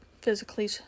physically